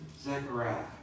Zechariah